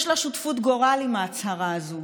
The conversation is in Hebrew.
יש לה שותפות גורל עם ההצהרה הזו,